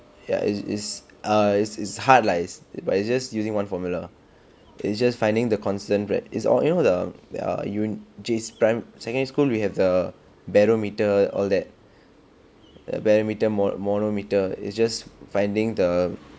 ya it's it's err it's hard lah is but it's just using one formula it's just finding the constant rate is all the you know the the err you J_C pri~ secondary school we have the barometer all that err barometer more modeled meter is just finding the